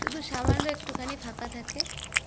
শুধু সামান্য একটুখানি ফাঁকা থাকে